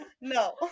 No